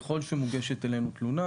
ככל שמוגשת אלינו תלונה